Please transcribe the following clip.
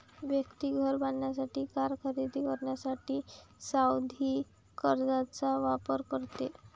व्यक्ती घर बांधण्यासाठी, कार खरेदी करण्यासाठी सावधि कर्जचा वापर करते